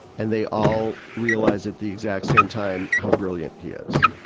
and they all realize at the exact same time how brilliant he is.